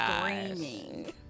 screaming